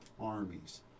armies